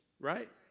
right